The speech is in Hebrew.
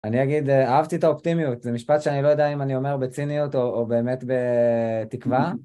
אני אגיד, אהבתי את האופטימיות, זה משפט שאני לא יודע אם אני אומר בציניות או באמת בתקווה.